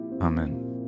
Amen